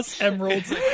Emeralds